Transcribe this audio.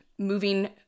moving